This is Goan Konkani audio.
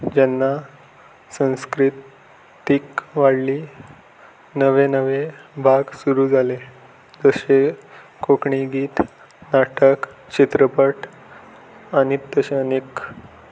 जेन्ना संस्कृतीक वाडली नवे नवे भाग सुरू जाले जशें कोंकणी गीत नाटक चित्रपट आनी तशें आनी एक